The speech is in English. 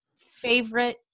favorite